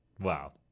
Wow